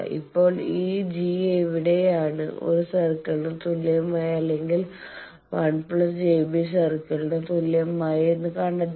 ഇപ്പോൾ ഈ G എവിടയാണ് ഒരു സർക്കിളിന് തുല്യമായ അല്ലെങ്കിൽ 1 j B സർക്കിൾ ന് തുല്യമായത് എന്ന് കണ്ടെത്തുക